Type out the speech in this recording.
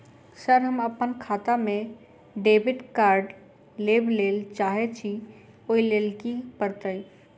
Sir हम अप्पन खाता मे डेबिट कार्ड लेबलेल चाहे छी ओई लेल की परतै?